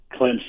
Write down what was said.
Clemson